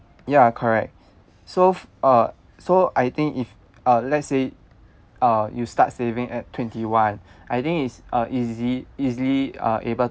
ya correct so f~ uh so I think if uh let's say uh you start saving at twenty one I think is uh easy easily uh able